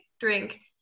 drink